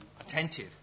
attentive